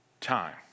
time